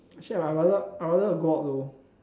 actually I would rather I would rather go out though